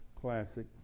Classic